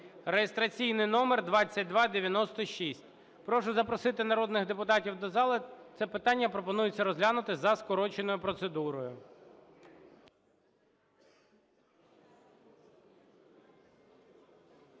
(реєстраційний номер 2296). Прошу запросити народних депутатів до зали. Це питання пропонується розглянути за скороченою процедурою.